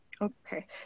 okay